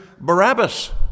Barabbas